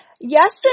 Yes